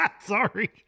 sorry